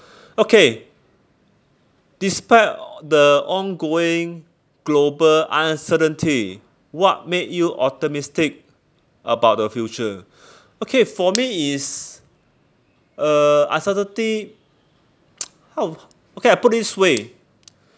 okay despite the ongoing global uncertainty what made you optimistic about the future okay for me is uh uncertainty how okay I put this way